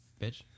Bitch